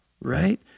right